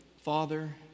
Father